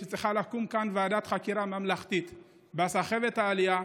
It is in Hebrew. שצריכה לקום כאן ועדת חקירה ממלכתית על הסחבת בעלייה,